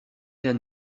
d’un